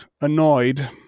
annoyed